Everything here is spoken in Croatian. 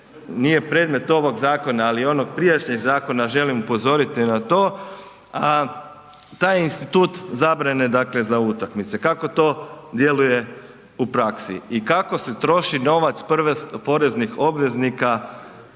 nije predmet ovog zakona, ali ono g prijašnjeg zakona želim upozoriti na to, a taj institut zabrane dakle za utakmice. Kako to djeluje u praksi i kako se troši novac poreznih obveznika,